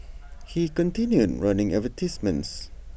he continued running advertisements